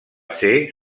ser